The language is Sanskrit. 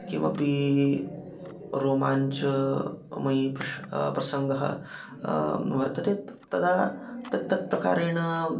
किमपि रोमाञ्चमयः प्रश प्रसङ्गः वर्तते तत् तदा तत्तत्प्रकारेण